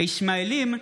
הישמעאלים,